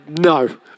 no